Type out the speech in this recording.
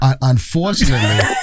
unfortunately